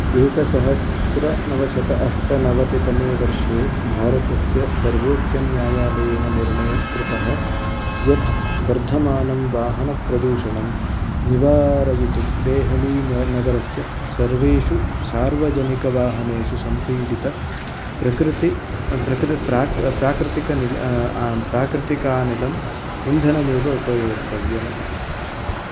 एकसहस्रनवशत अष्टनवति तमे वर्षे भारतस्य सर्वोच्चन्यायालयेन निर्णयः कृतः यत् वर्धमानं वाहनप्रदूषणं निवारयितुं देहलीन नगरस्य सर्वेषु सार्वजनिकवाहनेषु संपीडितप्रकृिति प्रकृ प्राकृतिकानिल प्राकृतिकानिलम् इन्धनमेव उपयोक्तव्यम् इति